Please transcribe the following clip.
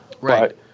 Right